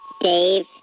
Dave